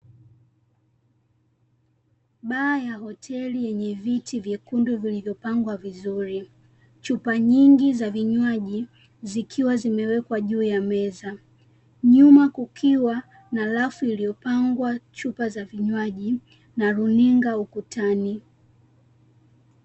Baa ya hoteli yenye viti vyekundu vilivyopangwa vizuri, chupa nyingi za vinywaji zikiwa zimewekwa juu ya meza. Nyuma kukiwa na rafu iliyopangwa chupa za vinywaji na runinga ukutani.